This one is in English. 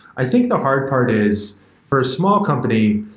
i think the hard part is for a small company,